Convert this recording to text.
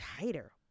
tighter